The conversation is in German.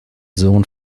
sohn